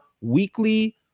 weekly